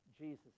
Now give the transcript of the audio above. Jesus